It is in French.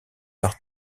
par